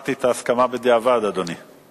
שמעתי את ההסכמה בדיעבד, אדוני.